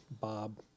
Bob